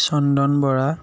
Chandan Bora